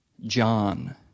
John